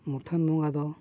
ᱢᱩᱴᱷᱟᱹᱱ ᱵᱚᱸᱜᱟ ᱫᱚ